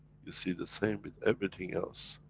you see the same with everything else,